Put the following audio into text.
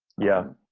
yeah,